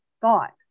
thought